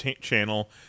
channel